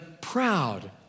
proud